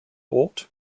ought